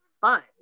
fun